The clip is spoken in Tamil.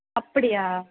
அப்படியா